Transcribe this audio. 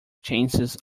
chances